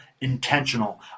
intentional